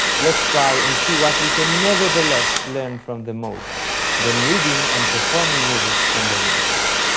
let's try and see what we can nevertheless learn from the modes when reading and performing music from the renaissance.